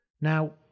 Now